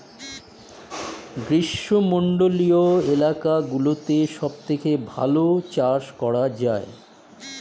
গ্রীষ্মমণ্ডলীয় এলাকাগুলোতে সবথেকে ভালো চাষ করা যায়